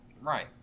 Right